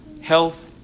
health